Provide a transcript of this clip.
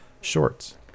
shorts